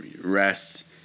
rest